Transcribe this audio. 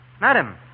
Madam